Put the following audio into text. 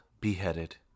beheaded